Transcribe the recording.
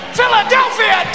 Philadelphia